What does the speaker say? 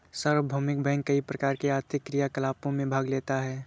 सार्वभौमिक बैंक कई प्रकार के आर्थिक क्रियाकलापों में भाग लेता है